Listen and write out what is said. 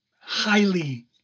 highly